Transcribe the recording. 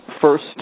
first